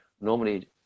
Normally